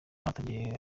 yatangiye